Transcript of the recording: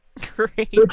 Great